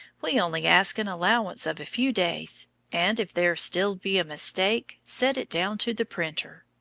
we only ask an allowance of a few days and if there still be a mistake, set it down to the printer.